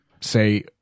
say